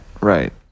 Right